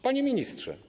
Panie Ministrze!